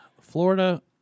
Florida